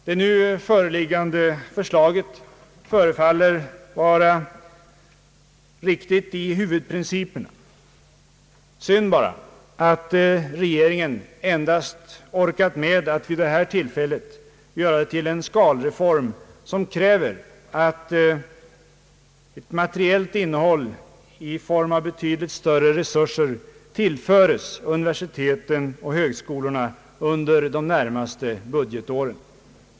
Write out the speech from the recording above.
Det nu föreliggande förslaget förefaller vara riktigt i huvudprinciperna. Synd bara att regeringen endast orkat med att vid det här tillfället göra det till en skalreform som kräver att ett materiellt innehåll i form av betydligt större resurser tillföres universiteten och högskolorna under de närmaste budgetåren.